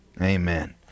Amen